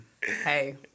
hey